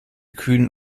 kühnen